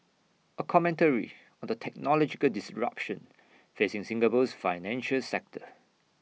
A commentary on the technological disruption facing Singapore's financial sector